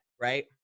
right